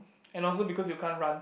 and also because you can't run too